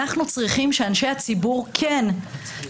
אנחנו צריכים שאנשי הציבור יחששו,